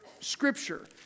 scripture